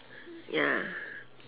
ya